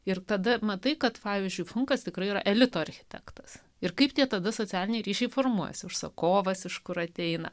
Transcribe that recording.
ir tada matai kad pavyzdžiui funkas tikrai yra elito architektas ir kaip tie du socialiniai ryšiai formuojasi užsakovas iš kur ateina